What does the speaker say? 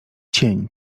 cień